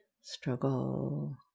struggle